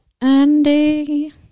Andy